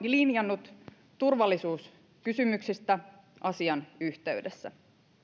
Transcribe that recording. linjannut turvallisuuskysymyksistä asian yhteydessä